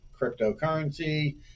cryptocurrency